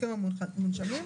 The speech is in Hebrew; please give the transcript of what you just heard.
הסכם המונשמים,